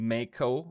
Mako